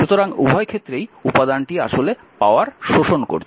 সুতরাং উভয় ক্ষেত্রেই উপাদানটি আসলে পাওয়ার শোষণ করছে